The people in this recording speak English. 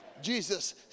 Jesus